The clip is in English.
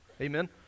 Amen